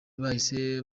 bahise